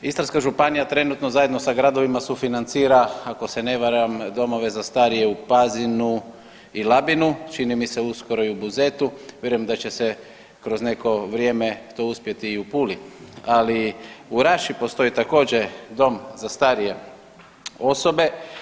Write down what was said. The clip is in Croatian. Istarska županija trenutno sa gradovima sufinancira ako se ne varam, domove za starije u Pazinu ili Labinu, čini mi se uskoro i u Buzetu, vjerujem da će se kroz neko vrijeme to uspjeti i u Puli ali u Raši postoji također dom za starije osobe.